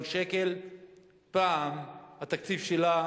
כאן מאמץ מיוחד,